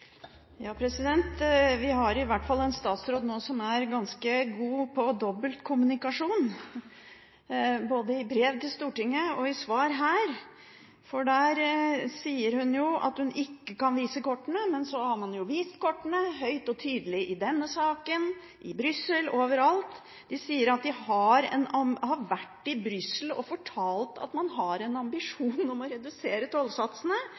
ganske god på dobbeltkommunikasjon, både i brev til Stortinget og i svar her, for der sier hun at hun ikke kan vise kortene, men man har jo vist kortene høyt og tydelig i denne saken i Brussel og overalt. De sier at de har vært i Brussel og fortalt at man har en ambisjon om å redusere tollsatsene.